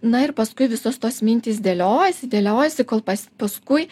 na ir paskui visos tos mintys dėliojasi dėliojasi kol pas paskui